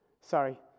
Sorry